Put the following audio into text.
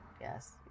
yes